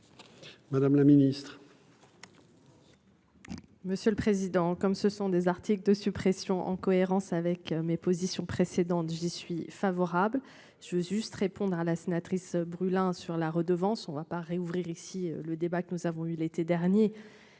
Madame la ministre.